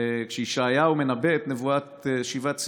כשישעיהו מנבא את נבואת שיבת ציון,